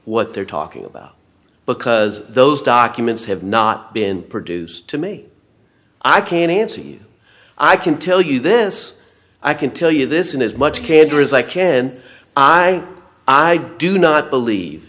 what they're talking about because those documents have not been produced to me i can answer you i can tell you this i can tell you this in as much candor as i can i i do not believe